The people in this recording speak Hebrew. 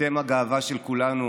אתם הגאווה של כולנו.